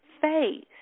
face